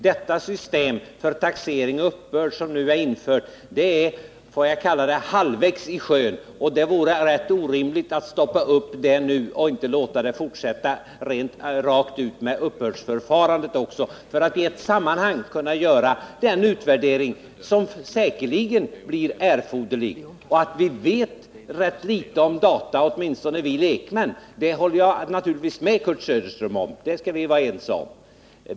Det system för taxering och uppbörd som det nu gäller är — låt mig säga så — halvvägs satt i sjön, och det vore orimligt att stoppa det nu och alltså inte fortsätta också med uppbördsförfarandet, för att i ett sammanhang kunna göra den utvärdering som säkerligen blir erforderlig. Att vi lekmän vet rätt litet om data håller jag med Kurt Söderström om.